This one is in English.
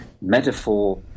metaphor